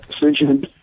decision